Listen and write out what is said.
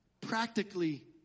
practically